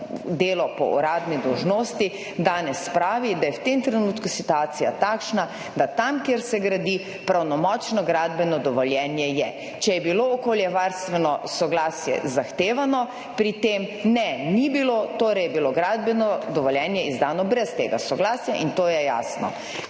delo po uradni dolžnosti danes pravi, da je v tem trenutku situacija takšna, da tam kjer se gradi pravnomočno gradbeno dovoljenje je. Če je bilo okoljevarstveno soglasje zahtevano, pri tem. Ne, ni bilo, torej je bilo gradbeno dovoljenje izdano brez tega soglasja in to je jasno.